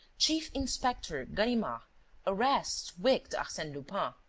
chief-inspector ganimard arrests wicked arsene lupin.